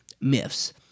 myths